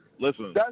listen